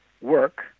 work